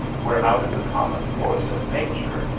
were out of the common course of nature,